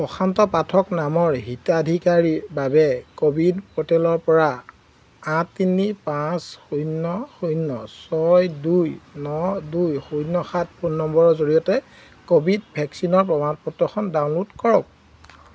প্ৰশান্ত পাঠক নামৰ হিতাধিকাৰীৰ বাবে ক'ৱিন প'ৰ্টেলৰ পৰা আঠ তিনি পাঁচ শূন্য শূন্য ছয় দুই ন দুই শূন্য সাত ফোন নম্বৰৰ জৰিয়তে ক'ভিড ভেকচিনৰ প্ৰমাণ পত্ৰখন ডাউনলোড কৰক